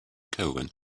caravan